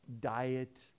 diet